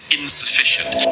insufficient